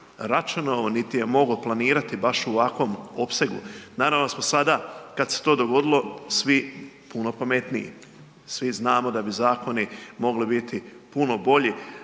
niti je mogao planirati baš u ovakvom opsegu. Naravno da smo sada kad se to dogodilo, svi puno pametniji, svi znamo da bi zakoni mogli biti puno bolji,